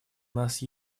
нас